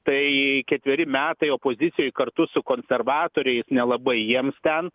tai ketveri metai opozicijoj kartu su konservatoriais nelabai jiems ten